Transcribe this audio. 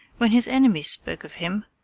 when his enemies spoke of him,